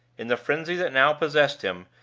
in the frenzy that now possessed him,